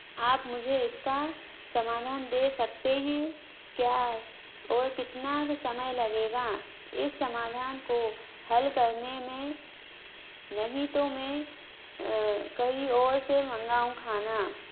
आप मुझे इसका समाधान दे सकते हैं क्या और कितना समय लगेगा इस समाधान को हल करने में नहीं तो मैं कहीं और से मंगाऊँ खाना